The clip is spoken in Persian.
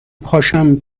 پاشم